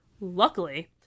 Luckily